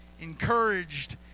encouraged